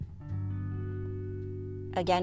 Again